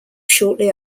shortly